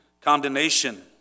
condemnation